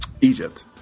Egypt